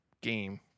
game